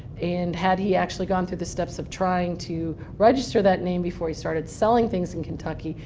and had he actually gone through the steps of trying to register that name before he started selling things in kentucky,